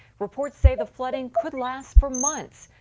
reports say the flooding could last for months.